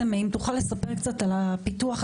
תוכל לספר קצת על הפיתוח?